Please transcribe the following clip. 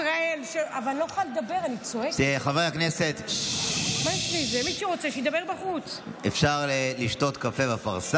חברת הכנסת מירב בן ארי.